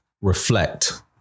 reflect